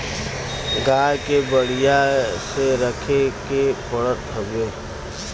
गाय के बढ़िया से रखे के पड़त हउवे